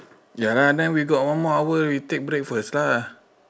ya lah and then we got one more hour we take break first lah